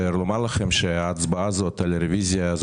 ולומר לכם שההצבעה הזאת על הרביזיה זו